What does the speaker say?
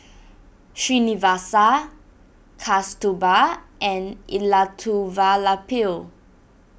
Srinivasa Kasturba and Elattuvalapil